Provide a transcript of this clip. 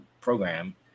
program